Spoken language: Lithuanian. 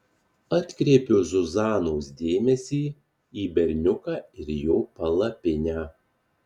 atkreipiu zuzanos dėmesį į berniuką ir jo palapinę